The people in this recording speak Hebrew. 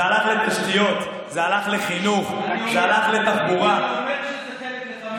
זה מה שהספקתם.